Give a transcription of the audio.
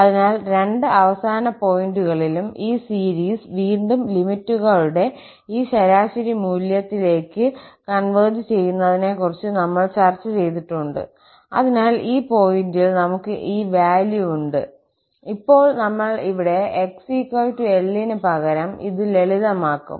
അതിനാൽ രണ്ട് അവസാന പോയിന്റുകളിലും ഈ സീരീസ് വീണ്ടും ലിമിറ്റുകളുടെ ഈ ശരാശരി മൂല്യത്തിലേക്ക് കോൺവെർജ് ചെയ്യുന്നതിനെ കുറിച്ച് നമ്മൾ ചർച്ച ചെയ്തിട്ടുണ്ട് അതിനാൽ ഈ പോയിന്റിൽ നമുക്ക് ഈ വാല്യൂ ഉണ്ട് ഇപ്പോൾ നമ്മൾ ഇവിടെ xL ന് പകരം ഇത് ലളിതമാക്കും